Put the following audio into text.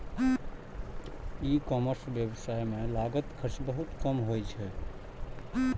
ई commerce व्यवसाय मे लागत खर्च बहुत कम होइ छै